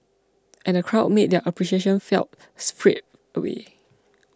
and the crowd made their appreciation felt straight away